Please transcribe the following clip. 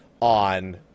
on